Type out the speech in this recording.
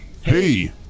Hey